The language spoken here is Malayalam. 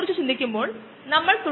തുടർച്ചയായി അല്ല ഇടവേളകൾ ആകാം